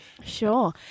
Sure